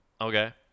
Okay